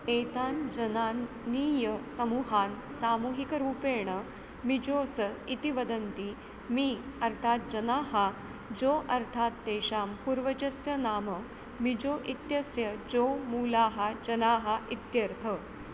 एतान् जनान् नीय समूहान् सामूहिकरूपेण मिजोस् इति वदन्ति मी अर्थात् जनाः जो अर्थात् तेषां पूर्वजस्य नाम मिजो इत्यस्य जो मूलाः जनाः इत्यर्थः